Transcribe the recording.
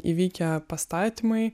įvykę pastatymai